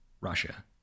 Russia